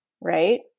right